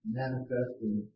manifesting